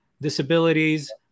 disabilities